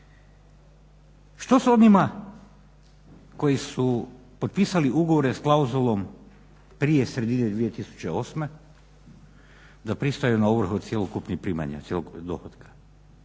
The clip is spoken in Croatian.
Što s onima koji su potpisali ugovore s klauzulom prije sredine 2008.da pristaju na ovrhu cjelokupnog primanja, cjelokupnog dohotka